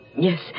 Yes